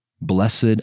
blessed